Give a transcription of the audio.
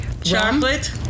Chocolate